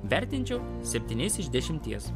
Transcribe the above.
vertinčiau septyniais iš dešimties